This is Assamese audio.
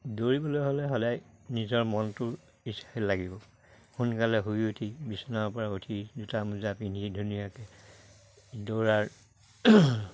দৌৰিবলৈ হ'লে স'দায় নিজৰ মনটো লাগিব সোনকালে শুই উঠি বিচনাৰ পৰা উঠি জোতা মোজা পিন্ধি ধুনীয়াকে দৌৰাৰ